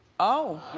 oh.